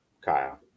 Kyle